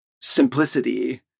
simplicity